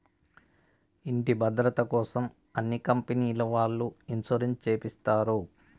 ఇంటి భద్రతకోసం అన్ని కంపెనీల వాళ్ళు ఇన్సూరెన్స్ చేపిస్తారు